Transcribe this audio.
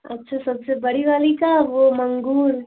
अच्छा सबसे बड़ी वाली का वो मंगूर